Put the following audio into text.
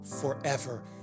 forever